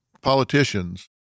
politicians